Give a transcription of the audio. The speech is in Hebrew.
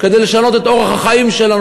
כדי לשנות את אורח החיים שלנו.